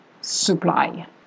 supply